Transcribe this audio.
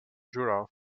jura